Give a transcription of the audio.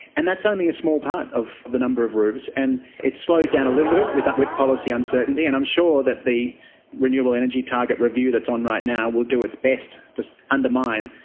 and that's only a small part of the number of roofs, and it has slowed down a little bit with with policy uncertainty, and i'm sure that the renewable energy target review that's on right now will do its best to undermine.